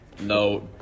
No